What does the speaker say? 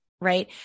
Right